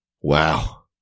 Wow